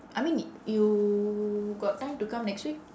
I mean you got time to come next week